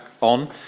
on